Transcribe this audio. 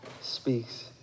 speaks